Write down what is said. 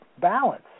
balance